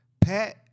Pat